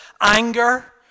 Anger